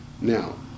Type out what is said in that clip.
Now